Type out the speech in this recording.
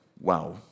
Wow